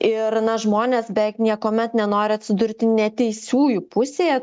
ir na žmonės beveik niekuomet nenori atsidurti neteisiųjų pusėje